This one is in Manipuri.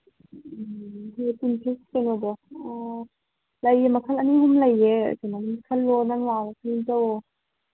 ꯀꯩꯅꯣꯗꯣ ꯂꯩꯌꯦ ꯃꯈꯜ ꯑꯅꯤ ꯑꯍꯨꯝ ꯂꯩꯌꯦ ꯀꯩꯅꯣꯒꯤ ꯈꯜꯂꯣ ꯅꯪ ꯂꯥꯛꯑꯒ ꯈꯟꯖꯧꯋꯣ